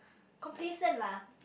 complacent lah